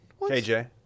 KJ